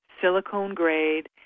silicone-grade